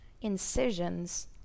incisions